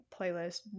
playlist